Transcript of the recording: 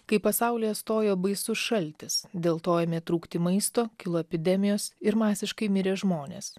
kai pasaulyje stojo baisus šaltis dėl to ėmė trūkti maisto kilo epidemijos ir masiškai mirė žmonės